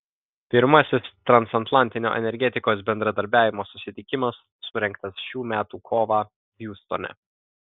pirmasis transatlantinio energetikos bendradarbiavimo susitikimas surengtas šių metų kovą hjustone